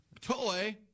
toy